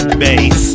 bass